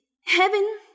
heaven